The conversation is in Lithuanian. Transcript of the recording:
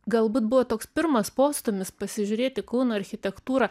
galbūt buvo toks pirmas postūmis pasižiūrėt į kauno architektūrą